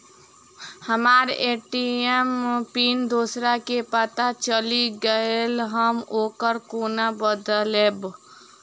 हम्मर ATM PIN दोसर केँ पत्ता चलि गेलै, हम ओकरा कोना बदलबै?